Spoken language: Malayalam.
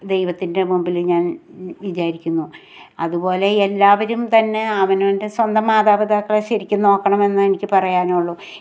ദൈവത്തിൻറ്റെ മുമ്പിൽ ഞാൻ വിചാരിക്കുന്നു അതുപോലെ എല്ലാവരും തന്നെ അവനവൻറ്റെ സ്വന്തം മാതാപിതാക്കളെ ശരിക്കും നോക്കണമെന്ന് എനിക്ക് പറയാനുള്ളു